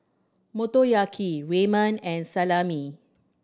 Motoyaki Ramen and Salami